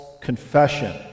confession